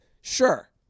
Sure